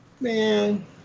Man